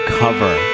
cover